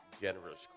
generous